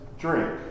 drink